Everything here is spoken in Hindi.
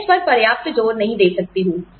मैं इस पर पर्याप्त जोर नहीं दे सकती हूं